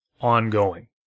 ongoing